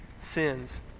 sins